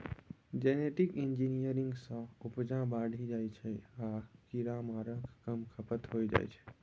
genetic engineering सँ उपजा बढ़ि जाइ छै आ कीरामारक कम खपत होइ छै